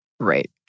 Right